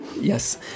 Yes